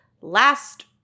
last